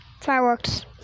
fireworks